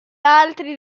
altri